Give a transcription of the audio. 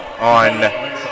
on